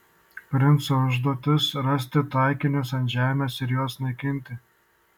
princo užduotis rasti taikinius ant žemės ir juos naikinti